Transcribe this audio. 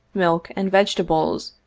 milk, and vegetables,